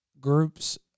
groups